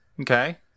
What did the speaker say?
Okay